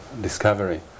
discovery